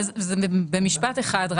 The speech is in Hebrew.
זה במשפט אחד.